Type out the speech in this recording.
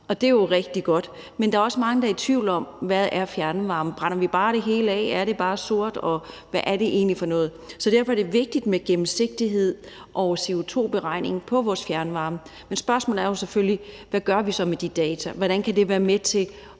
Det er jo rigtig godt, men der er også mange, der er i tvivl om, hvad fjernvarme består af? Brænder vi bare det hele af? Er det bare sort? Hvad er det egentlig for noget? Så derfor er det vigtigt med gennemsigtighed og CO2-beregning af vores fjernvarme, men spørgsmålet er jo selvfølgelig: Hvad gør vi så med de data? Hvordan kan de være med til